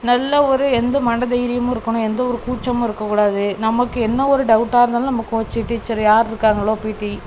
நல்ல ஒரு எந்த மன தைரியமும் இருக்கணும் எந்த ஒரு கூச்சமும் இருக்கக்கூடாது நமக்கு என்ன ஒரு டவுட்டாக இருந்தாலும் நம்ம கோச்சு டீச்சர் யார் இருக்காங்களோ பீட்டி